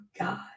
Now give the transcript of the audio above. God